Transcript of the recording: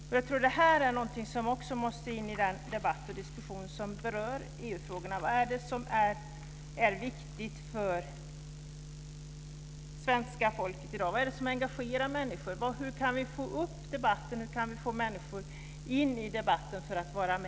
Detta är någonting som också måste tas med i den debatt och diskussion som berör EU-frågorna. Vad är det som är viktigt för svenska folket i dag? Vad är det som engagerar människor? Hur kan vi få med människor i debatten?